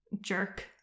Jerk